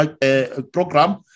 program